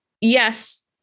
yes